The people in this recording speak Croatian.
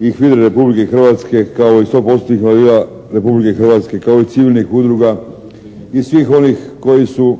i HVIDRA-e Republike Hrvatske kao i 100%-tnih invalida Republike Hrvatske kao i civilnih udruga i svih onih koji su